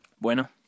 Bueno